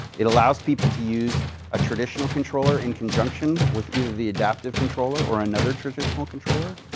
it allows people to use a traditional controller in conjunction with either the adaptive controller or another traditional controller,